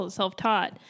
self-taught